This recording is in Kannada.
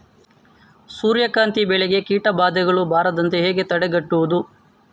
ಸೂರ್ಯಕಾಂತಿ ಬೆಳೆಗೆ ಕೀಟಬಾಧೆಗಳು ಬಾರದಂತೆ ಹೇಗೆ ತಡೆಗಟ್ಟುವುದು?